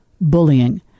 bullying